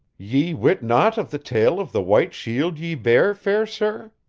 ye wit naught of the tale of the white shield ye bear, fair sir?